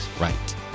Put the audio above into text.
right